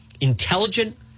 intelligent